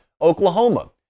Oklahoma